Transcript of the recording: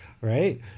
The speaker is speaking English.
right